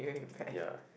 ya